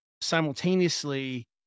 simultaneously